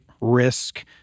risk